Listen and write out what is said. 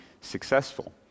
successful